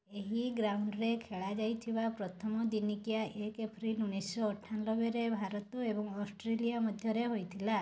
ଏହି ଗ୍ରାଉଣ୍ଡ୍ ରେ ଖେଳାଯାଇଥିବା ପ୍ରଥମ ଦିନିକିଆ ଏକେ ଏପ୍ରିଲ ଉଣେଇଶି ଅଠାନବେରେ ଭାରତ ଏବଂ ଅଷ୍ଟ୍ରେଲିଆ ମଧ୍ୟରେ ହୋଇଥିଲା